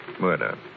Murder